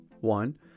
one